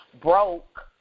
broke